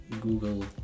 google